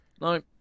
No